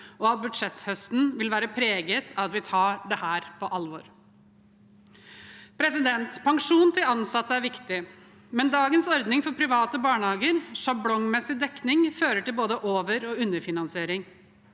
og at budsjetthøsten vil være preget av at vi tar dette på alvor. Pensjon til ansatte er viktig, men dagens ordning for private barnehager, sjablongmessig dekning, fører til både over- og underfinansiering.